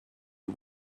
you